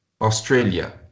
Australia